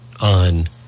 on